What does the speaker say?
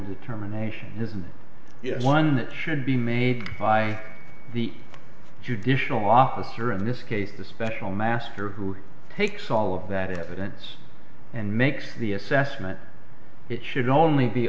determination isn't one that should be made by the judicial officer in this case the special master who takes all of that evidence and makes the assessment it should only be